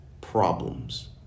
problems